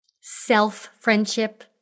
self-friendship